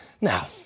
Now